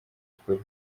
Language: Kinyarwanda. ukuri